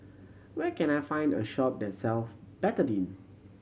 where can I find a shop that self Betadine